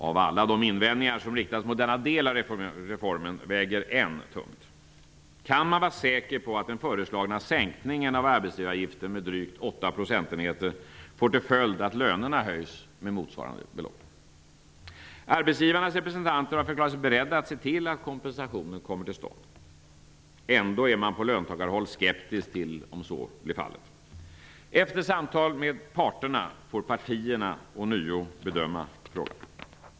Av alla de invändningar som riktats mot denna del av reformen väger en tungt: Kan man vara säker på att den föreslagna sänkningen av arbetsgivaravgiften med drygt 8 procentenheter får till följd att lönerna höjs med motsvarande belopp? Arbetsgivarnas representanter har förklarat sig beredda att se till att kompensationen kommer till stånd. Ändå är man på löntagarhåll skeptisk till att så blir fallet. Efter samtal med parterna får partierna ånyo bedöma frågan.